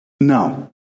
No